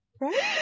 Right